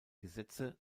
gesetze